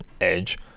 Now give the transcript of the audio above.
edge